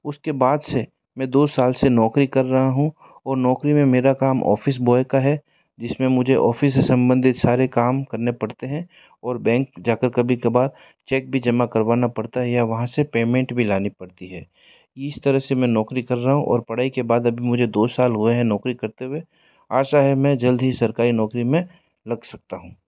उसके बाद से मैं दो साल से नौकरी कर रहा हूँ और नौकरी में मेरा काम ऑफिस बॉय का है जिस में मुझे ऑफिस से सम्बंधित सारे काम करने पड़ते हैं और बैंक जा कर कभी कभार चेक भी जमा करवाना पड़ता है या वहाँ से पेमेंट भी लानी पड़ती है इस तरह से मैं नौकरी कर रहा हूँ और पढ़ाई के बाद अभी मुझे दो साल हुए हैं नौकरी करते हुए आशा है मैं जल्द ही सरकारी नौकरी में लग सकता हूँ